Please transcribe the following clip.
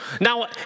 Now